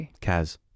Kaz